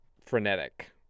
frenetic